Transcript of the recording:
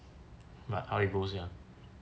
but how it goes